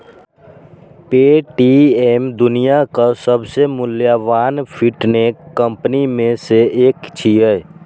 Paytm दुनियाक सबसं मूल्यवान फिनटेक कंपनी मे सं एक छियै